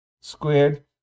squared